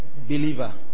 believer